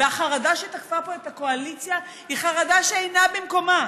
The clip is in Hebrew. והחרדה שתקפה פה את הקואליציה היא חרדה שאינה במקומה.